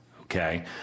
okay